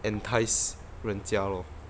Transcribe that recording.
entice 人家咯